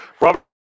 Robert